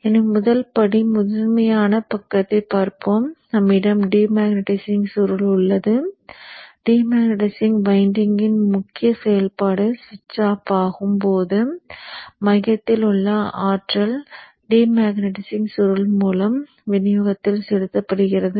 எனவே முதல் படி முதன்மையான பக்கத்தைப் பார்ப்போம் நம்மிடம் டிமேக்னடைசிங் சுருள் உள்ளது டிமேக்னடைசிங் வைண்டிங்கின் முக்கிய செயல்பாடு சுவிட்ச் ஆஃப் ஆகும் போது மையத்தில் உள்ள ஆற்றல் டிமேக்னடைசிங் சுருள் மூலம் விநியோகத்தில் செலுத்தப்படுகிறது